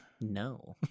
no